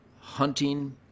hunting